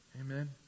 Amen